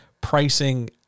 pricing